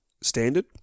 standard